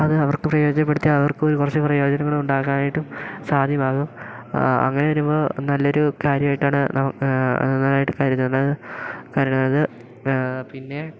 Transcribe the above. അത് അവർക്ക് പ്രയോജനപ്പെടുത്തിയാൽ അവർക്ക് കുറച്ച് പ്രയോജനങ്ങൾ ഉണ്ടാക്കാനായിട്ടും സാധ്യമാകും അങ്ങനെ വരുമ്പോൾ നല്ലൊരു കാര്യമായിട്ടാണ് കരുതുന്നത് കരുതുന്നത് പിന്നെ